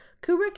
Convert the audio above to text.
kubrick